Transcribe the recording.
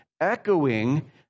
echoing